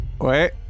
wait